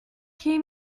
qui